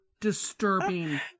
disturbing